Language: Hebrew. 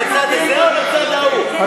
לצד הזה או לצד ההוא?